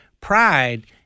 Pride